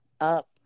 up